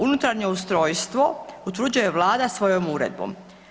Unutarnje ustrojstvo utvrđuje Vlada svojom uredbom.